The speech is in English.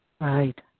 Right